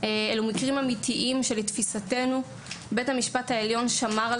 אלא במקרים אמיתיים בהם לתפיסתנו בית המשפט שמר והגן